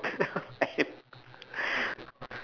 I am